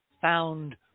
found